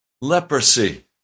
leprosy